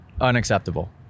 unacceptable